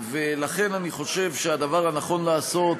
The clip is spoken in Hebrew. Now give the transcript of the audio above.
ולכן אני חושב שהדבר הנכון לעשות